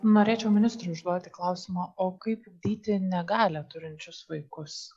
norėčiau ministrui užduoti klausimą o kaip ugdyti negalią turinčius vaikus